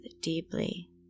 deeply